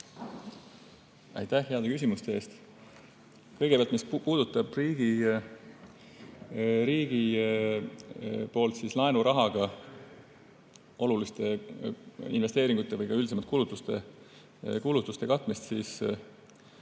Aitäh heade küsimuste eest! Kõigepealt, mis puudutab riigi poolt laenurahaga oluliste investeeringute tegemist või üldisemalt kulutuste katmist, siis